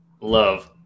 love